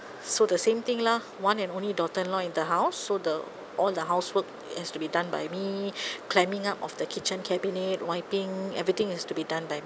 so the same thing lah one and only daughter in law in the house so the all the housework has to be done by me climbing up of the kitchen cabinet wiping everything is to be done by